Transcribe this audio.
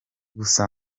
gusa